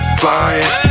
flying